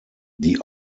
die